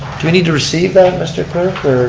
do we need to receive that mr. clerk,